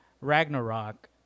Ragnarok